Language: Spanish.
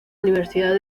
universidad